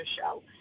show